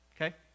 okay